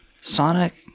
Sonic